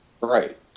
Right